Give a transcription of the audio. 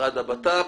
משרד הבט"פ,